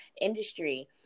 industry